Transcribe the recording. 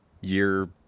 Year